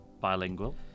Bilingual